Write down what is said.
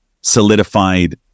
solidified